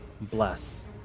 Bless